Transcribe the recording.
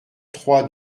trois